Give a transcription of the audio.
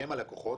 שהם הלקוחות,